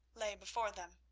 lay before them.